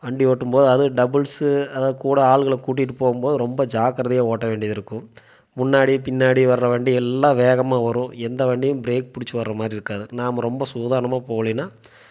வண்டி ஓட்டும் போது அதுவும் டபுள்ஸு அதாவது கூட ஆளுகளை கூட்டிட்டு போகும் போது ரொம்ப ஜாக்கிரதையாக ஓட்ட வேண்டியது இருக்கும் முன்னாடி பின்னாடி வர்ற வண்டிகள் எல்லாம் வேகமாக வரும் எந்த வண்டியும் பிரேக் பிடிச்சு வர்ற மாதிரி இருக்காது நாம் ரொம்ப சூதானமாக போகலைனா